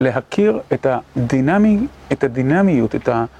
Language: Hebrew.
להכיר את הדינמי... את הדינמיות, את ה...